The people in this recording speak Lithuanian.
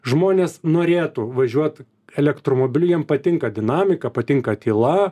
žmonės norėtų važiuot elektromobiliu jiem patinka dinamika patinka tyla